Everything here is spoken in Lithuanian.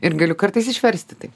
ir galiu kartais išversti tai